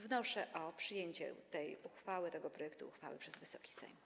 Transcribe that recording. Wnoszę o przyjęcie tej uchwały, tego projektu uchwały przez Wysoki Sejm.